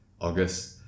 August